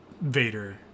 Vader